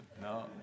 No